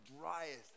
driest